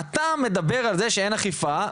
אתה מדבר על זה שאין אכיפה,